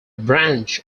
branch